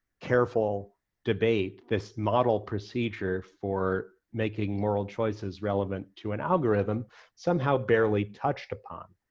careful debate, this model procedure for making moral choices relevant to an algorithm somehow barely touched upon.